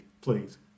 please